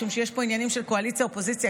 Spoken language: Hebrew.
משום שיש פה עניינים של קואליציה אופוזיציה,